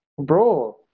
bro